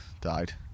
Died